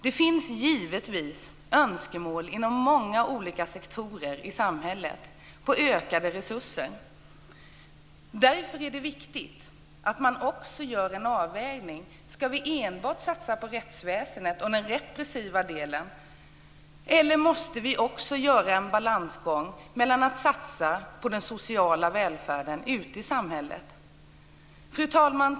Det finns givetvis önskemål inom många olika sektorer i samhället om ökade resurser. Därför är det viktigt att man också gör en avvägning. Ska vi enbart satsa på rättsväsendet och den repressiva delen, eller måste det också vara en balansgång mellan det och att satsa på den sociala välfärden ute i samhället? Fru talman!